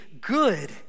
good